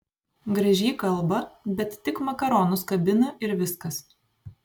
gražiai kalba bet tik makaronus kabina ir viskas